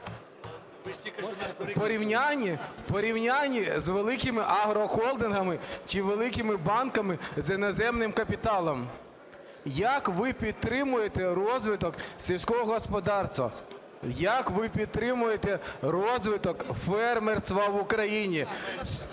порівнянні з великими аргохолдингами чи великими банками з іноземним капіталом? Як ви підтримуєте розвиток сільського господарства? Як ви підтримуєте розвиток фермерства в Україні,